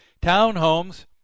townhomes